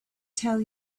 tell